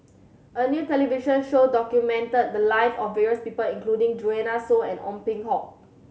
a new television show documented the live of various people including Joanne Soo and Ong Peng Hock